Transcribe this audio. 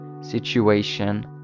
situation